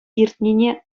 иртнине